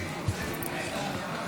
לקריאה הראשונה.